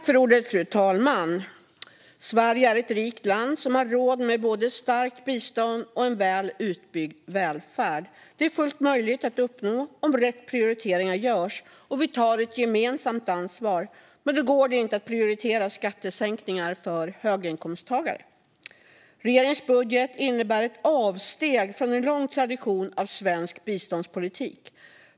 Fru talman! Sverige är ett rikt land som har råd med både ett starkt bistånd och en väl utbyggd välfärd. Det är fullt möjligt att uppnå om rätt prioriteringar görs och om vi tar ett gemensamt ansvar, men då går det inte att prioritera skattesänkningar för höginkomsttagare. Regeringens budget innebär ett avsteg från en lång tradition av svensk biståndspolitik.